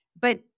but-